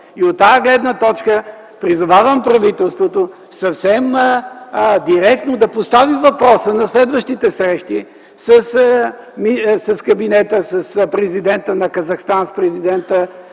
От тази гледна точка призовавам правителството съвсем директно да постави въпроса на следващите срещи с президента на Казахстан, с президента